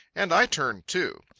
and i turned, too.